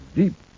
deep